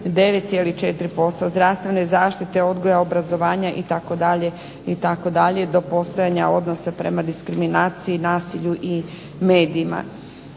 9,4%, zdravstvene zaštite, odgoja, obrazovanja itd., itd., do postojanja odnosa prema diskriminaciji, nasilju i medijima.